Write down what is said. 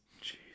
Jesus